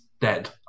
dead